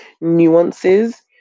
nuances